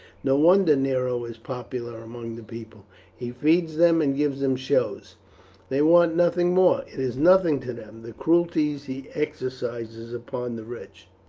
no wonder nero is popular among the people he feeds them and gives them shows they want nothing more. it is nothing to them, the cruelties he exercises upon the rich.